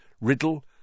Riddle